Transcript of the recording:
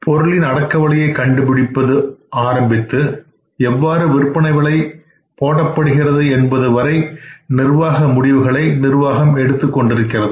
பொருளின் அடக்க விலையை கண்டுபிடிப்பது ஆரம்பித்து எவ்வாறு விற்பனை விலை போடப்படுகிறது என்பது வரை நிர்வாக முடிவுகளை நிர்வாகம் எடுத்துக் கொண்டிருக்கிறது